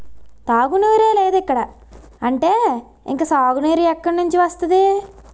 తాగునీరే లేదిక్కడ అంటే ఇంక సాగునీరు ఎక్కడినుండి వస్తది?